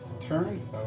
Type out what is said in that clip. turn